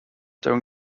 during